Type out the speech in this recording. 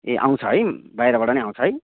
ए आउँछ है बाहिरबाट पनि आउँछ है